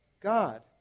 God